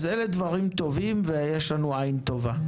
אלה דברים טובים ויש לנו עין טובה.